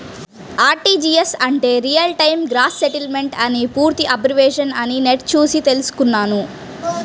RTGS అంటే real time gross settlement అని పూర్తి అబ్రివేషన్ అని నెట్ చూసి తెల్సుకున్నాను